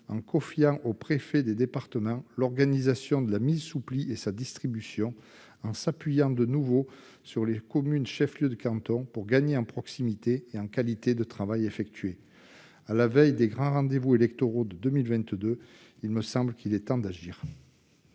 en confiant aux préfets de département l'organisation de la mise sous pli et de la distribution, en s'appuyant de nouveau sur les communes chefs-lieux de canton pour gagner en proximité et en qualité ? À la veille des grands rendez-vous électoraux de 2022, il me semble qu'il est temps d'agir.